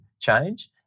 change